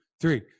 three